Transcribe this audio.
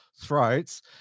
throats